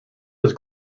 was